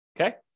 Okay